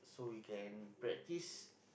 so we can practice